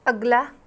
ਅਗਲਾ